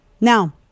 now